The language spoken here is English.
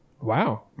Wow